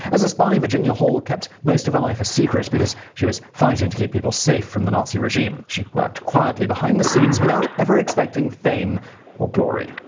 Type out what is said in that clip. as a spy, virginia hall kept most of her life a secret, because she was fighting to keep people safe from the nazi regime. she worked quietly behind the scenes without ever expecting fame or glory.